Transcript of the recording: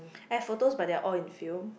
have photos but they are all in film